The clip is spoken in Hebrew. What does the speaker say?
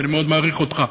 ואני מאוד מעריך אותך,